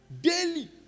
Daily